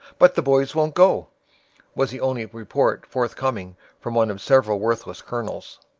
but the boys won't go was the only report forthcoming from one of several worthless colonels.